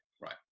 right